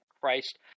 christ